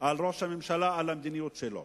על ראש הממשלה, על המדיניות שלו